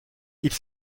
ils